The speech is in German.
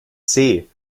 sind